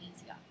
easier